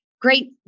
great